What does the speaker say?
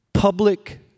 Public